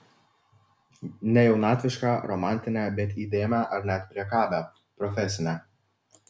ne jaunatvišką romantinę bet įdėmią ar net priekabią profesinę